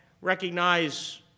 recognize